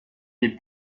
des